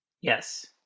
Yes